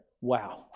wow